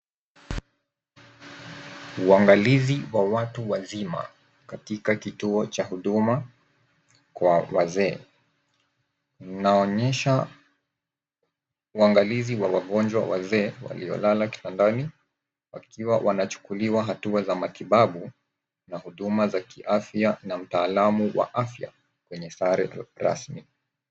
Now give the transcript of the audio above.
Uangalizi wa watu wazima katika kituo cha huduma kwa wazee. Unaonyesha uangalizi wa wagonjwa wazee waliolala kitandani wakiwa wanachukuliwa hatua za matibabu na huduma za kiafya na mtaalamu wa afya kwenye sare rasmi.